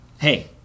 Hey